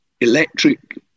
electric